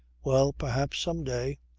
well, perhaps, some day.